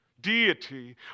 deity